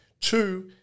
Two